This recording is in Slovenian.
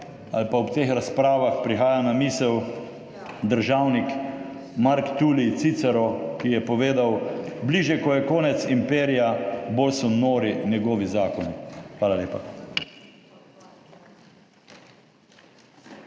ali pa ob teh razpravah prihaja na misel državnik Mark Tulij Cicero, ki je povedal: »Bližje ko je konec imperija, bolj so nori njegovi zakoni.« Hvala lepa.